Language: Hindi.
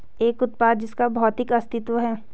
एक उत्पाद जिसका भौतिक अस्तित्व है?